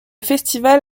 festival